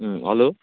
hello